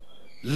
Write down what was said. לשעות